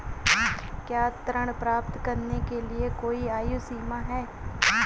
क्या ऋण प्राप्त करने के लिए कोई आयु सीमा है?